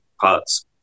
parts